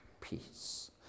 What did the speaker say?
peace